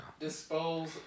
Dispose